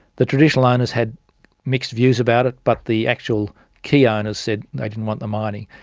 the traditional owners had mixed views about it but the actual key ah owners said they didn't want the mining.